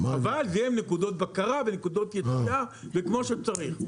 אבל זה עם נקודות בקרה ונקודות יציאה וכמו שצריך.